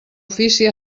ofici